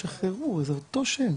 יוצא יום העצמאות השנה?